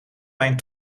mijn